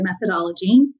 methodology